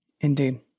Indeed